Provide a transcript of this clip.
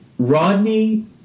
Rodney